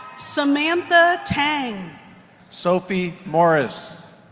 samantha tang sophie morris.